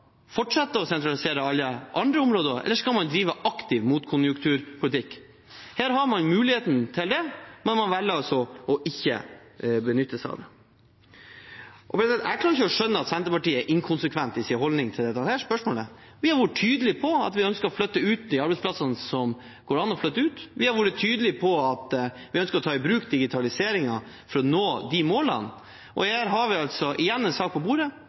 fortsette å sentralisere alle andre områder, eller skal man drive aktiv motkonjunkturpolitikk? Her har man muligheten til det, men man velger å ikke benytte seg av det. Jeg klarer ikke å skjønne at Senterpartiet er inkonsekvent i sin holdning til dette spørsmålet. Vi har vært tydelige på at vi ønsker å flytte ut de arbeidsplassene som det går an å flytte ut. Vi har vært tydelige på at vi ønsker å ta i bruk digitalisering for å nå de målene. Her har vi altså igjen en sak på bordet